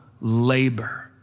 labor